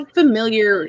familiar